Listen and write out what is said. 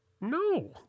No